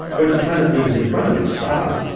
when a planet moves in front of its star,